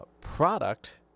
product